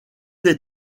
des